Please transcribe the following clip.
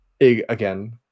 again